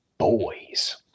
Boys